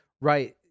Right